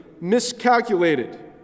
miscalculated